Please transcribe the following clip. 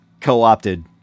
co-opted